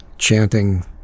Chanting